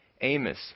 Amos